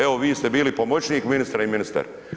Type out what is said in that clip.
Evo vi ste bili pomoćnik ministra i ministar.